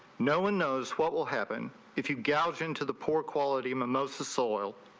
no one knows what will happen if you get out into the poor quality mimosa soil.